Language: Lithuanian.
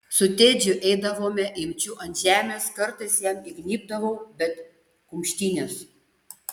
su tedžiu eidavome imčių ant žemės kartais jam įgnybdavau bet kumštynės